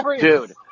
dude